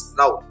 now